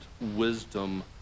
wisdom